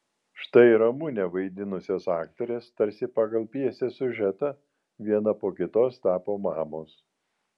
štai ramunę vaidinusios aktorės tarsi pagal pjesės siužetą viena po kitos tapo mamos